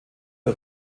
der